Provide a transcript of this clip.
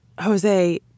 Jose